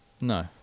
no